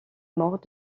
mort